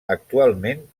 actualment